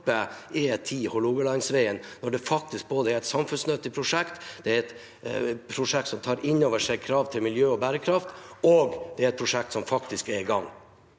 når det både er et samfunnsnyttige prosjekt, er et prosjekt som tar inn over seg krav til miljø og bærekraft, og er et prosjekt som faktisk er i gang?